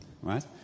right